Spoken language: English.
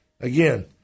Again